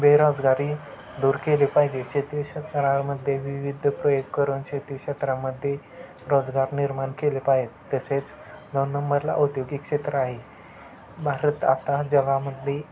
बेरोजगारी दूर केली पाहिजे शेती क्षेत्रामध्ये विविध प्रयोग करून शेती क्षेत्रामध्ये रोजगार निर्माण केले पाहिजे तसेच दोन नंबरला औद्योगिक क्षेत्र आहे भारत आता जगामधली